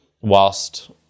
whilst